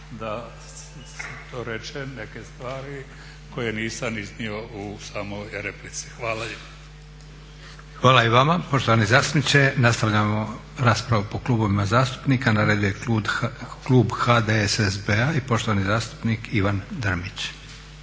da to rečem neke stvari koje nisam iznio u samoj replici. Hvala lijepo. **Leko, Josip (SDP)** Hvala i vama poštovani zastupniče. Nastavljamo raspravu po klubovima zastupnika. Na radu je klub HDSSB-a i poštovani zastupnik Ivan DRmić,